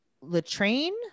Latrine